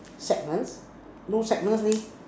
sadness no sadness leh